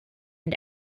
and